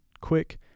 quick